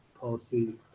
policy